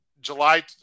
july